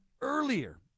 earlier